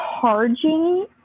charging